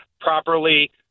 properly